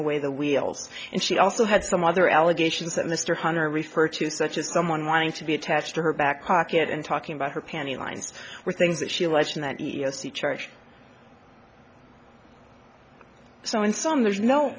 away the wheels and she also had some other allegations that mr hunter refer to such as someone wanting to be attached to her back pocket and talking about her panty lines were things that she alleged that he as he charged so in some there's no